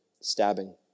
stabbing